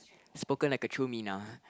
spoken like a true minah